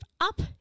up